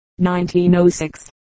1906